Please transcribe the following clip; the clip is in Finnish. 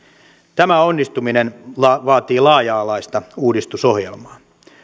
tämä onnistuminen vaatii laaja alaista uudistusohjelmaa